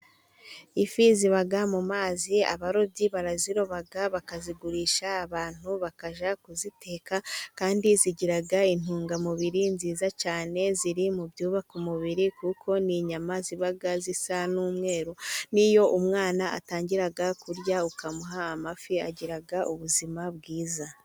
Ifi ziba mu mazi, abarobyi baraziroba bakazigurisha abantu bakajya kuziteka, kandi zigira intungamubiri nziza cyane, ziri mu byubaka umubiri, kuko ni inyama ziba zisa n'umweru. N'iyo umwana atangira kurya ukamuha amafi agira ubuzima bwiza.